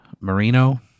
Marino